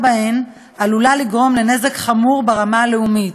בהן עלולה לגרום לנזק חמור ברמה הלאומית,